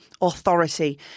authority